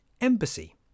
Embassy